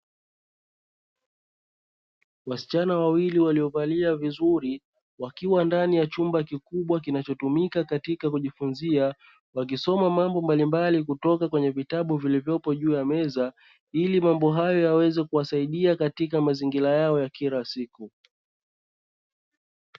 Wasichana wawili waliovalia vizuri wakiwa ndani ya chumba kikubwa kinachotumika katika kujifunzia, wakisoma mambo mbalimbali kutoka kwenye vitabu vilivyopo juu ya meza, ili mambo hayo yaweze kuwasaida katika mazingira yao ya kila siku.